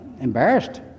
embarrassed